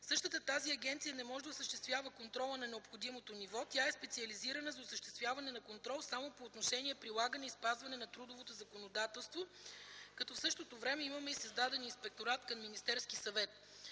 Същата тази агенция не може да осъществява контрола на необходимото ниво. Тя е специализирана за осъществяване на контрол само по отношение прилагане и спазване на трудовото законодателство. В същото време има и създаден Инспекторат към Министерския съвет.